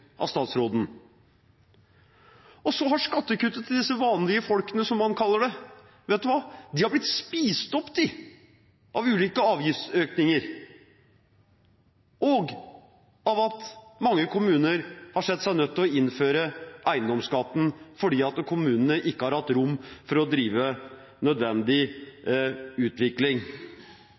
av statsråden. Så har skattekuttene til disse vanlige folkene – som man kaller dem – blitt spist opp av ulike avgiftsøkninger, og av at mange kommuner har sett seg nødt til å innføre eiendomsskatten fordi kommunene ikke har hatt rom for å drive nødvendig utvikling.